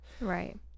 Right